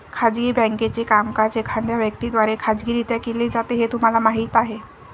खाजगी बँकेचे कामकाज एखाद्या व्यक्ती द्वारे खाजगीरित्या केले जाते हे तुम्हाला माहीत आहे